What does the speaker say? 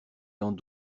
dans